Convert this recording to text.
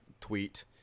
tweet